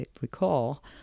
recall